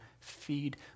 feed